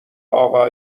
اقا